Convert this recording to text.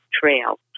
trail